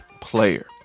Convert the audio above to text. player